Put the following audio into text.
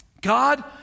God